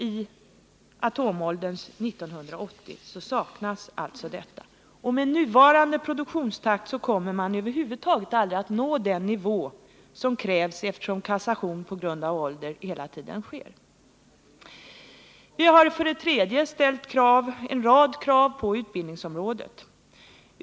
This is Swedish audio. I atomålderns år 1980 saknas alltså detta. Med nuvarande produktionstakt kommer man över huvud taget aldrig att nå den nivå som krävs, eftersom kassation på grund av ålder hela tiden sker. Vi har för det tredje ställt en rad krav på utbildningsområdet.